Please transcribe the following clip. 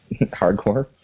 hardcore